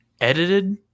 edited